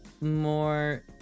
more